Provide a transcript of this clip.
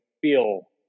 feel